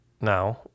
Now